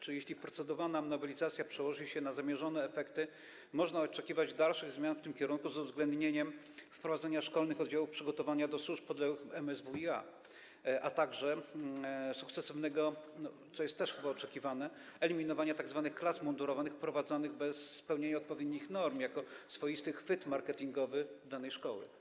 Czy jeśli procedowana nowelizacja przełoży się na zamierzone efekty, można oczekiwać dalszych zmian w tym kierunku z uwzględnieniem wprowadzenia szkolnych oddziałów przygotowania do służb podległych MSWiA, a także sukcesywnego, co jest też chyba oczekiwane, eliminowania tzw. klas mundurowych prowadzonych bez spełnienia odpowiednich norm, jako swoisty chwyt marketingowy danej szkoły?